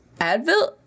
Advil